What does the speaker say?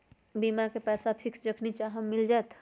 बीमा के पैसा फिक्स जखनि चाहम मिल जाएत?